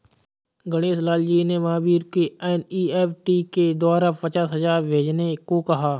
गणेश लाल जी ने महावीर को एन.ई.एफ़.टी के द्वारा पचास हजार भेजने को कहा